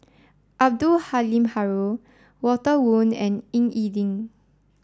Abdul Halim Haron Walter Woon and Ying E Ding